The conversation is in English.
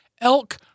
elk